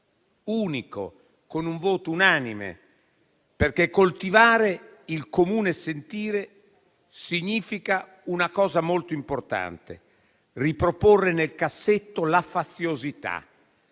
un voto unico ed unanime, perché coltivare il comune sentire significa una cosa molto importante: riporre nel cassetto la faziosità.